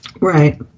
Right